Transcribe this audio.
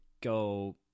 go